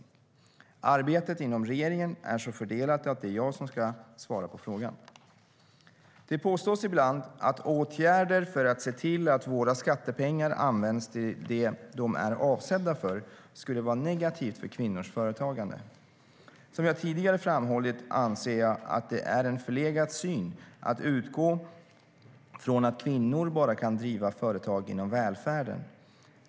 Arbetet inom regeringen är så fördelat att det är jag som ska svara på frågan. Det påstås ibland att åtgärder för att se till att våra skattepengar används till det de är avsedda för skulle vara negativt för kvinnors företagande. Som jag tidigare framhållit anser jag att det är en förlegad syn att utgå från att kvinnor bara kan driva företag inom välfärden.